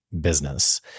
business